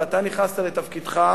ואתה נכנסת לתפקידך,